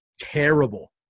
terrible